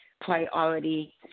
priority